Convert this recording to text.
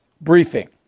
briefing